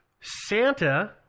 Santa